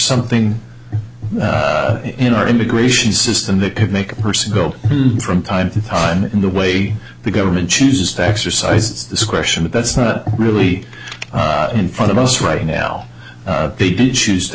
something in our immigration system that can make a person go from time to time in the way the government chooses to exercise discretion but that's not really in front of us right now they didn't choose t